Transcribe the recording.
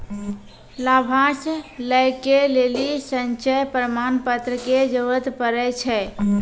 लाभांश लै के लेली संचय प्रमाण पत्र के जरूरत पड़ै छै